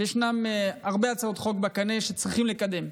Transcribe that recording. ישנן הרבה הצעות חוק בקנה שצריכים לקדם.